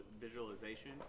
visualization